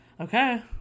Okay